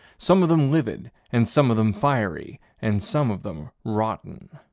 some of them livid and some of them fiery and some of them rotten.